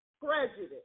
prejudice